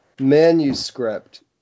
manuscript